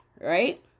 right